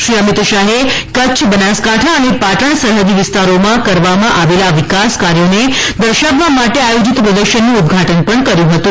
શ્રી અમિતશાહે કચ્છ બનાસકાઠાં અને પાટણ સરહૃદી વિસ્તારોમાં કરવામાં આવેલાં વિકાસ ાર્યોને દર્શાવવા માટે આયોજીત પ્રદર્શનનું ઉધ્ધાટન કર્યુ હતું